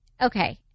Okay